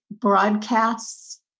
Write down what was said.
broadcasts